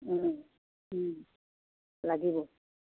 লাগিব